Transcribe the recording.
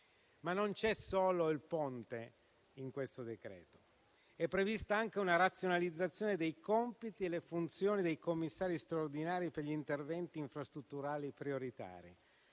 Ma non c'è solo il Ponte in questo decreto-legge. Sono previste anche una razionalizzazione dei compiti e le funzioni dei commissari straordinari per gli interventi infrastrutturali prioritari.